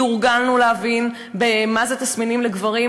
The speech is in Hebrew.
כי הורגלנו להבין מה זה תסמינים אצל גברים,